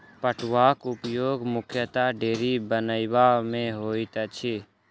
पटुआक उपयोग मुख्यतः डोरी बनयबा मे होइत अछि